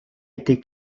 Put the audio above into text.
été